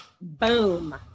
Boom